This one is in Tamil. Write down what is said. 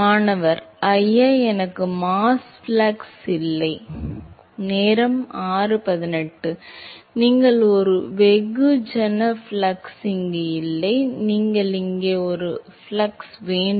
மாணவர் ஐயா எனக்கு மாஸ் ஃப்ளக்ஸ் இல்லை நீங்கள் ஒரு வெகுஜன ஃப்ளக்ஸ் இங்கே இல்லை நீங்கள் இங்கே ஒரு வெகுஜன ஃப்ளக்ஸ் வேண்டும்